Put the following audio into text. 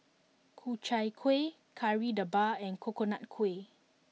Ku Chai Kueh Kari Debal and Coconut Kuih